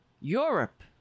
Europe